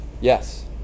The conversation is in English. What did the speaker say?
yes